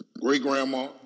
great-grandma